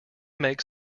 make